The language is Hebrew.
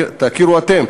ותכירו בו אתם,